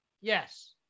Yes